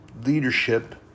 Leadership